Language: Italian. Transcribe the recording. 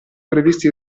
previsti